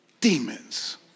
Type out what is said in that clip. demons